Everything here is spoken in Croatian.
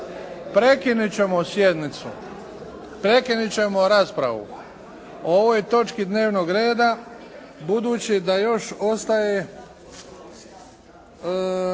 prekinut ćemo sjednicu, prekinut ćemo raspravu o ovoj točki dnevnog reda budući da još ostaje